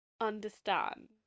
understand